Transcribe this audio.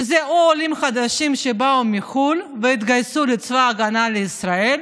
שזה או עולים חדשים שבאו מחו"ל והתגייסו לצבא ההגנה לישראל,